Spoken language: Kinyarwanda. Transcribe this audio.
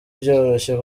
byoroshye